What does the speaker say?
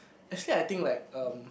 actually I think like um